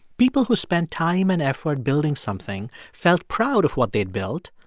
people who spent time and effort building something felt proud of what they'd built,